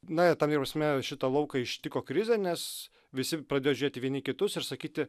na ir ta prasme šitą lauką ištiko krizė nes visi pradėjo žiūrėti vieni į kitus ir sakyti